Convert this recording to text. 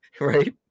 Right